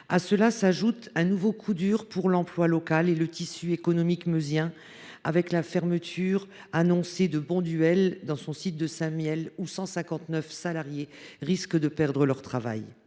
À cela s’ajoute un nouveau coup dur pour l’emploi local et le tissu économique meusien avec l’annonce de la fermeture par Bonduelle de son site de Saint Mihiel, où 159 salariés risquent de perdre leur travail.